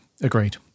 agreed